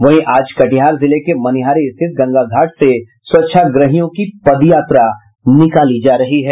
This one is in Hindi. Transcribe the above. वहीं आज कटिहार जिले के मनिहारी स्थित गंगा घाट से स्वच्छाग्रहियों की पदयात्रा निकाली जा रही है